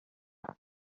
ino